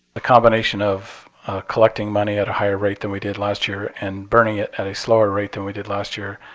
a combination of collecting money at a higher rate than we did last year and burning it at a slower rate than we did last year.